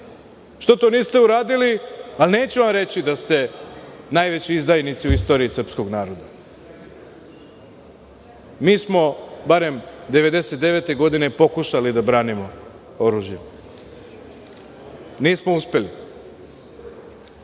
Što to niste uradili, a neću vam reći da ste najveći izdajnici u istoriji srpskog naroda. Mi smo barem 1999. godine pokušali da branimo oružjem. Nismo